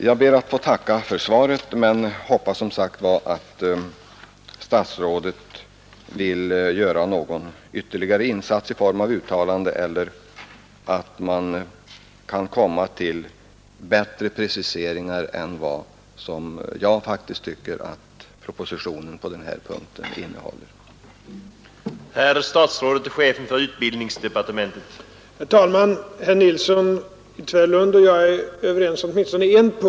Jag ber att få tacka för svaret men hoppas som sagt att statsrådet vill göra någon ytterligare insats i form av uttalande eller att man kan göra bättre preciseringar än jag faktiskt tycker att interpellationssvaret och propositionen 1972:84 på den här punkten innehåller.